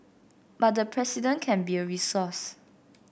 but the President can be a resource